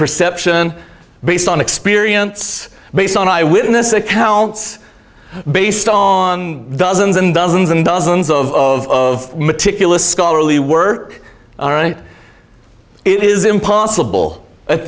perception based on experience based on eyewitness accounts based on dozens and dozens and dozens of of meticulous scholarly work all right it is impossible at